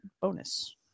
bonus